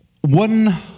one